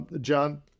John